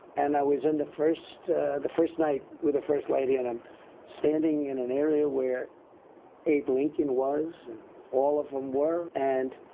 and i was in the first first night with the first lady, and i'm standing in an area where abe lincoln was, and all of them were. and